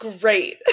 Great